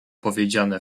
powiedziane